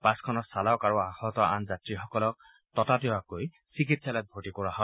বাছখনৰ চালক আৰু আহত আন যাত্ৰীসকলৰ ততাতৈয়াকৈ চিকিৎসালয়ত ভৰ্তি কৰোৱা হয়